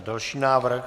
Další návrh.